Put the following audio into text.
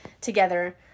together